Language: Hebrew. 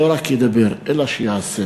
שלא רק ידבר, אלא שיעשה.